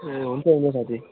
ए हुन्छ हुन्छ साथी